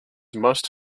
must